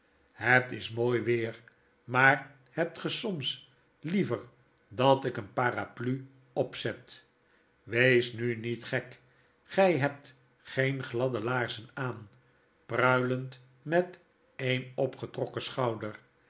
het is mooi weer maar hebt ge soms liever dat ik een parapluie opzet wees nu niet get gy hebt geen gladde laarzen aan pruilend met een opgetrokken schouder